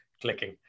clicking